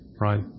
Right